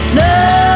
no